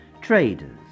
Traders